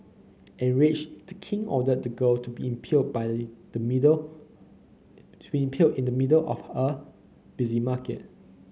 enraged the king ordered the girl to be impaled in the middle impaled in the middle of a busy market